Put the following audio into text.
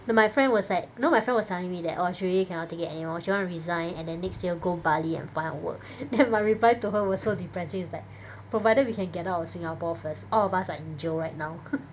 know my friend was like you know my friend was telling me that orh she really cannot take it anymore she wanna resign and then next year go Bali and find a work then my reply to her was so despressing it's like provided we can get out of Singapore first all of us are in jail right now